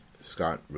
Scott